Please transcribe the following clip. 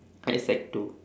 at sec two